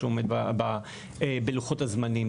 שהוא עומד בלוחות הזמנים.